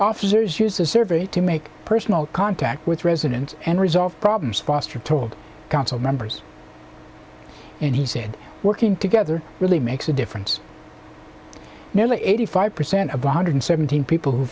officers use a survey to make personal contact with residents and resolve problems foster told council members and he said working together really makes a difference nearly eighty five percent of one hundred seventeen people who